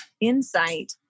insight